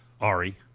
Ari